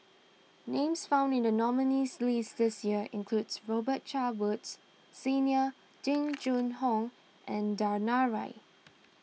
names found in the nominees' list this year includes Robet Carr Woods Senior Jing Jun Hong and Danaraj